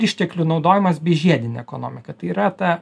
išteklių naudojimas bei žiedinė ekonomika tai yra ta